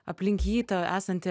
aplink jį ta esanti